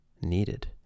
needed